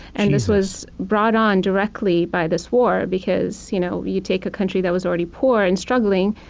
and this was brought on directly by this war because you know you take a country that was already poor and struggling,